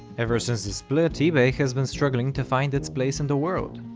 ever since the split ebay has been struggling to find its place in the world.